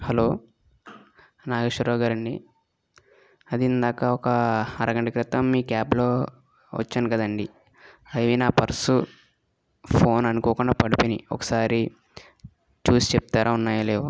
hello Nageswarao గారండి అది ఇందాక ఒక అరగంట క్రితం మీ క్యాబ్లో వచ్చాను కదండీ అవి నా పర్సు ఫోన్ అనుకోకుండా పడిపోయాయి ఒకసారి చూసి చెప్తారా ఉన్నాయా లేవో